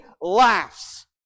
laughs